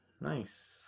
nice